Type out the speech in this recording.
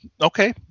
Okay